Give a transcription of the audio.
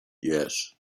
yes